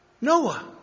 Noah